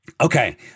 Okay